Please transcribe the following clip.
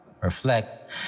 reflect